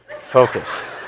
Focus